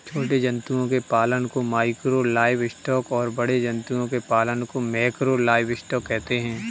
छोटे जंतुओं के पालन को माइक्रो लाइवस्टॉक और बड़े जंतुओं के पालन को मैकरो लाइवस्टॉक कहते है